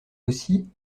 aussi